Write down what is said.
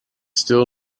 still